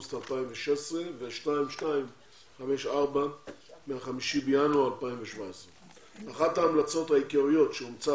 באוגוסט 2016 ו-2254 מה-5 בינואר 2017. אחת ההמלצות העיקריות שאומצה